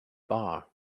bar